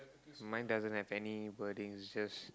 mine doesn't have any wordings just